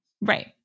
Right